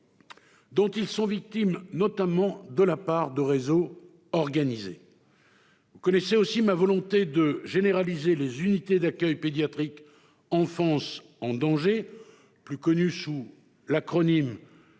dont ils sont victimes, notamment de la part de réseaux organisés. Vous connaissez aussi ma volonté de généraliser les unités d'accueil pédiatrique enfants en danger (Uaped), avec mes